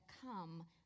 come